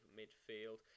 midfield